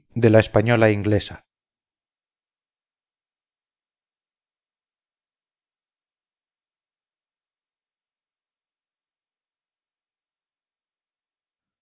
vidriera la española inglesa